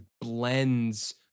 blends